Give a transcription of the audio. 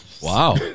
Wow